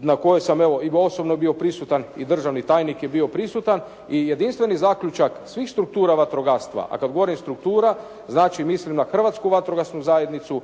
na kojoj sam, evo i osobno bio prisutan i državni tajnik je bio prisutan i jedinstveni zaključak svih struktura vatrogastva, a kad govorim struktura, znači mislim na Hrvatsku vatrogasnu zajednicu,